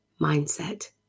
mindset